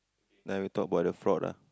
like we talk about the fraud ah